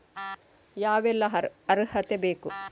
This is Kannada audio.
ಯಾವೆಲ್ಲ ಅರ್ಹತೆ ಬೇಕು?